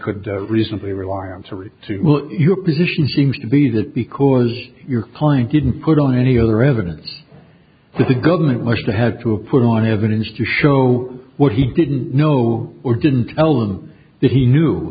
could reasonably rely on to refer to your position seems to be that because your client didn't put on any other evidence that the government must have to put on evidence to show what he didn't know or didn't tell them that he knew